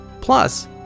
Plus